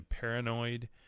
paranoid